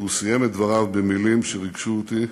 הוא סיים את דבריו במילים שריגשו אותי,